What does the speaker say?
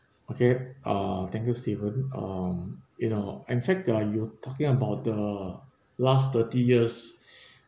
okay uh thank you stephen um you know in fact uh you talking about the last thirty years